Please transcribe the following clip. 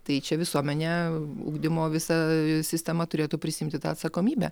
tai čia visuomenė ugdymo visa sistema turėtų prisiimti tą atsakomybę